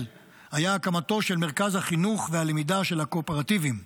היה הקמתו של מרכז החינוך והלמידה של הקואופרטיבים.